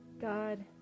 God